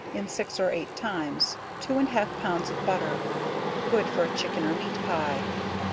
in six or eight times, two and half pounds of butter good for a chicken or meat pie.